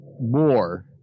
more